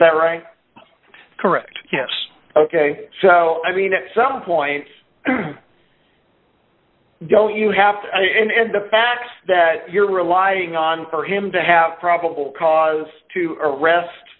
that right correct yes ok so i mean at some point don't you have to and the fact that you're relying on for him to have probable cause to arrest